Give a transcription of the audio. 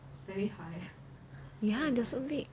ya they are so big